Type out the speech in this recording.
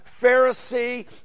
Pharisee